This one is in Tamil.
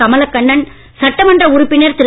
கமலக்கண்ணன் சட்டமன்ற உறுப்பினர் திரு